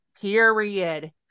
Period